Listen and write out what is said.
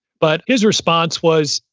but his response was,